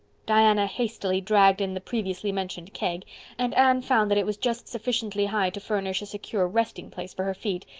diana hastily dragged in the previously mentioned keg and anne found that it was just sufficiently high to furnish a secure resting place for her feet.